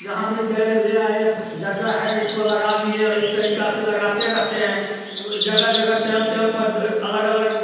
यहाँ भी गए ले आए जगह है इसको लगा दिए इस तरीका से लगाते रहते हैं वो जगह जगह टाइम टाइम पर अलग अलग